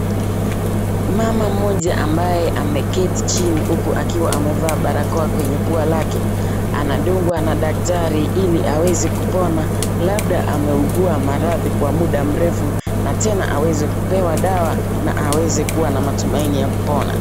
Mama moja ambaye ameketi chini huku akiwa amevaa barakoa kwenye pua lake anadungwa na daktari ili aweze kupona lbda ameugua maradhi kwa muda mrefu na tena aweze kupewa dawa na aweze kua na matumaini ya kupona.